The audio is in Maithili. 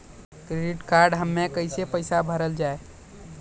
क्रेडिट कार्ड हम्मे कैसे पैसा भरल जाए?